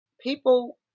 People